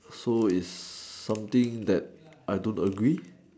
so is something that I don't agree